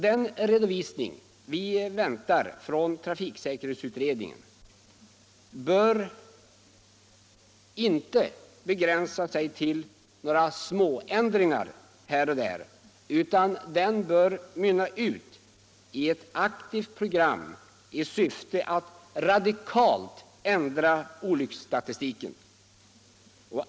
Den redovisning vi väntar från trafiksäkerhetsutredningen bör inte begränsa sig till småändringar här och där, utan den bör mynna ut i ett aktivt program i syfte att radikalt ändra olycksstatistiken.